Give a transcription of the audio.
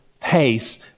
pace